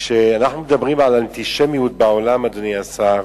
כשאנחנו מדברים על אנטישמיות בעולם, אדוני השר,